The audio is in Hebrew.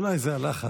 אולי זה הלחץ.